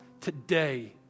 today